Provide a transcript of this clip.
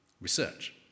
research